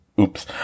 oops